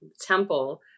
temple